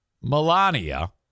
Melania